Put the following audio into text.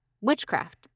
Witchcraft